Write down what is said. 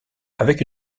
avec